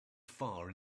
far